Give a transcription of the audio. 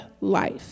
life